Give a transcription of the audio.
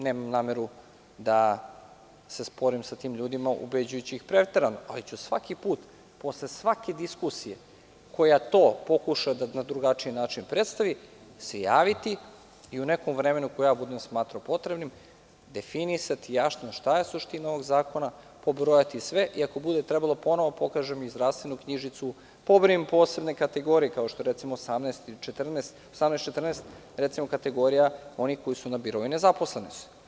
Nemam nameru da se sporim sa tim ljudima, ubeđujući ih preterano, ali ću se svaki put, posle svake diskusije koja to pokuša da na drugačiji način predstavi, javiti i u nekom vremenu koje ja budem smatrao potrebnim definisati jasno šta je suština ovog zakona, pobrojati sve i ako bude trebalo ponovo da pokažem i zdravstvenu knjižicu, pobrojim posebne kategorije, kao što je, recimo, 1814, kategorija onih koji su na birou i nezaposleni su.